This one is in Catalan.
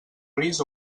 gris